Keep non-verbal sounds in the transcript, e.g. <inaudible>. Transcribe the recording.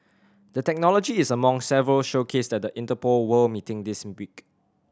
the technology is among several showcased than the Interpol World meeting <unintelligible> week